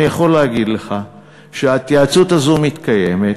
אני יכול להגיד לך שההתייעצות הזאת מתקיימת,